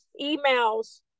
emails